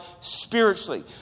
spiritually